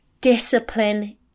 discipline